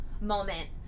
moment